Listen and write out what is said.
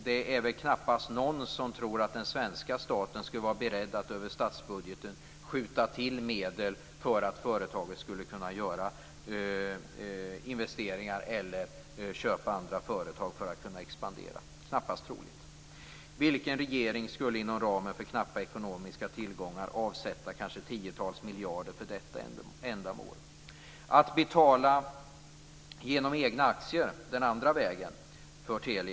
Det är väl knappast någon som tror att den svenska staten skulle vara beredd att över statsbudgeten skjuta till medel för att företaget skulle kunna göra investeringar eller köpa andra företag för att kunna expandera. Det är knappast troligt. Vilken regering skulle inom ramen för knappa ekonomiska tillgångar avsätta kanske tiotals miljarder för detta ändamål? Den andra vägen är att betala för Telia genom egna aktier.